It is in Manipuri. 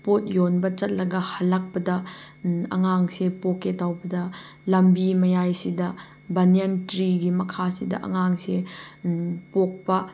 ꯄꯣꯠ ꯌꯣꯟꯕ ꯆꯠꯂꯒ ꯍꯜꯂꯛꯄꯗ ꯑꯉꯥꯡꯁꯦ ꯄꯣꯛꯀꯦ ꯇꯧꯕꯗ ꯂꯝꯕꯤ ꯃꯌꯥꯏꯁꯤꯗ ꯕꯟꯌꯥꯟ ꯇ꯭ꯔꯤꯒꯤ ꯃꯈꯥꯁꯤꯗ ꯑꯉꯥꯡꯁꯦ ꯄꯣꯛꯄ